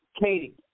Katie